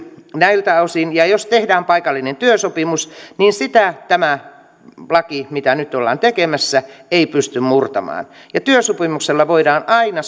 näiltä osin jos tehdään paikallinen työsopimus niin sitä tämä laki mitä nyt ollaan tekemässä ei pysty murtamaan työsopimuksella voidaan aina